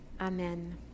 Amen